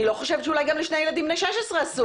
אני לא חושבת שאולי לשני הילדים בני 16 אסור.